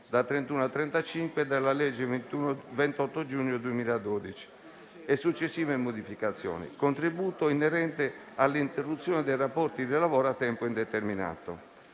da 31 a 35, della legge n. 92 del 28 giugno 2012 e successive modificazioni, contributo inerente all'interruzione dei rapporti di lavoro a tempo indeterminato.